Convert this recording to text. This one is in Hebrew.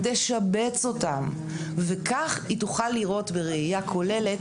תשבץ אותם וכך היא תוכל לראות בראייה כוללת,